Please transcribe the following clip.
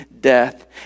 death